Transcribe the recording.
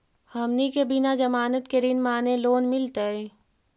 हमनी के बिना जमानत के ऋण माने लोन मिलतई?